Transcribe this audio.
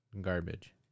Garbage